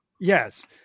Yes